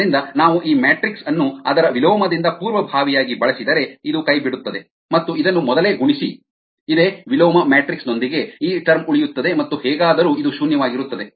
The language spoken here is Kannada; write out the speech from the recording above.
ಆದ್ದರಿಂದ ನಾವು ಈ ಮ್ಯಾಟ್ರಿಕ್ಸ್ ಅನ್ನು ಅದರ ವಿಲೋಮದಿಂದ ಪೂರ್ವಭಾವಿಯಾಗಿ ಬಳಸಿದರೆ ಇದು ಕೈಬಿಡುತ್ತದೆ ಮತ್ತು ಇದನ್ನು ಮೊದಲೇ ಗುಣಿಸಿ ಇದೇ ವಿಲೋಮ ಮ್ಯಾಟ್ರಿಕ್ಸ್ ನೊಂದಿಗೆ ಈ ಟರ್ಮ್ ಉಳಿಯುತ್ತದೆ ಮತ್ತು ಹೇಗಾದರೂ ಇದು ಶೂನ್ಯವಾಗಿರುತ್ತದೆ